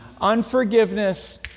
Unforgiveness